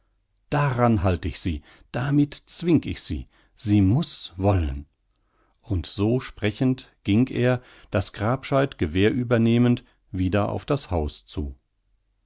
daran halt ich sie damit zwing ich sie sie muß wollen und so sprechend ging er das grabscheit gewehrüber nehmend wieder auf das haus zu